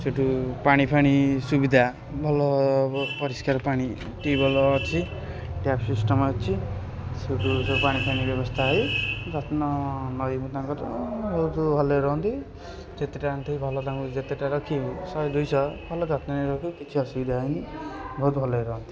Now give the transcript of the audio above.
ସେଇଠୁ ପାଣିଫାଣି ସୁବିଧା ଭଲ ପରିଷ୍କାର ପାଣି ଟିୱେଲ୍ ଅଛି ଟ୍ୟାପ୍ ସିଷ୍ଟମ୍ ଅଛି ସେଇଠୁ ସବୁ ପାଣି ଫାଣି ବ୍ୟବସ୍ଥା ହେଇ ଯତ୍ନ ନେଇ ମୁଁ ତାଙ୍କର ବହୁତ ଭଲରେ ରୁହନ୍ତି ଯେତେଟା ଆଣିଥିବୁ ଭଲ ତାଙ୍କର ଯେତେଟା ରଖିବୁ ଶହେ ଦୁଇଶହ ଭଲ ଯତ୍ନ ନେଇ ରଖିବୁ କିଛି ଅସୁବିଧା ହେଇନି ବହୁତ ଭଲରେ ରୁହନ୍ତି